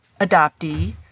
adoptee